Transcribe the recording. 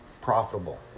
profitable